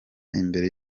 imbere